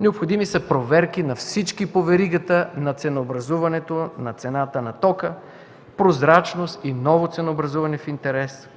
Необходими са проверки на всички по веригата на ценообразуването – цената на тока, прозрачност и ново ценообразуване в интерес